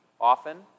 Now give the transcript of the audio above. often